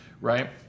right